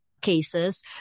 cases